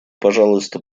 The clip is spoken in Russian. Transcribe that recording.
пожалуйста